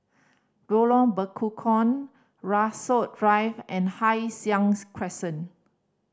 Lorong Bekukong Rasok Drive and Hai Sing Crescent